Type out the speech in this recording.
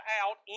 out